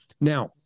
Now